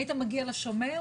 היית מגיע לשומר,